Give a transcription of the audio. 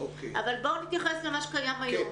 אבל בואו נתייחס למה שקיים היום.